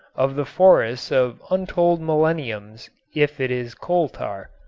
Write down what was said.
of the forests of untold millenniums if it is coal tar.